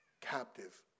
captive